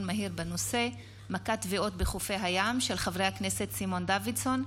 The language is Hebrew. מהיר בהצעתם של חברי הכנסת סימון דוידסון,